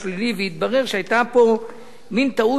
והתברר שהיתה פה מין טעות כזאת,